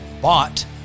bought